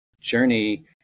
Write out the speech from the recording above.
journey